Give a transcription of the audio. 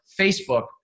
Facebook